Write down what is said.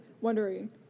wondering